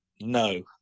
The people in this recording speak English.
No